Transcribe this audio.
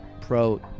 pro